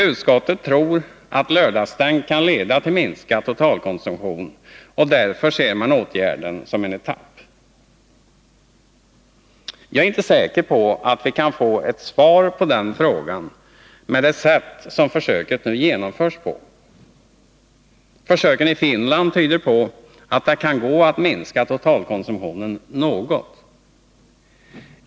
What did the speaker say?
Utskottet tror att lördagsstängt kan leda till minskad totalkonsumtion, och därför ser man åtgärden som en etapp. Jag är inte säker på att vi kan få ett svar på den frågan, på det sätt som försöket nu genomförs. Försöken i Finland tyder på att det kan gå att minska totalkonsumtionen något.